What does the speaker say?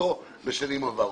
התנהגותו בשנים עברו.